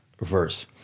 verse